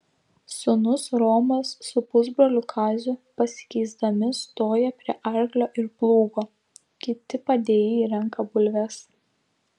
sūnus romas su pusbroliu kaziu pasikeisdami stoja prie arklio ir plūgo kiti padėjėjai renka bulves